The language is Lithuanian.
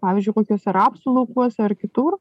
pavyzdžiui kokiuose rapsų laukuose ar kitur